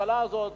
שהממשלה הזאת,